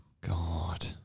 God